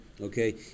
okay